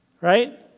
right